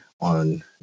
on